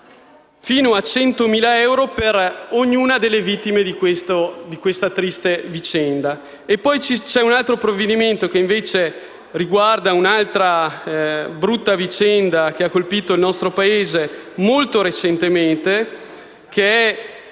a 100.000 euro per ognuna delle vittime di questa triste vicenda. E poi c'è un altro provvedimento, che riguarda un'altra brutta vicenda che ha colpito il nostro Paese molto recentemente, ovvero